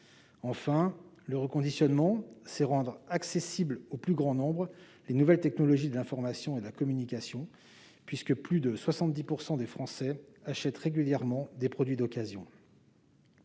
Enfin, reconditionner, c'est rendre accessible au plus grand nombre les nouvelles technologies de l'information et de la communication, puisque plus de 70 % des Français achètent régulièrement des produits d'occasion.